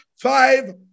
five